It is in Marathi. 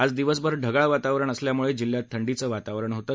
आज दिवसभर ढगाळ वातावरण असल्यामुळे जिल्हात थंडीचं वातावरण होतं